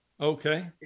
Okay